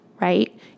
right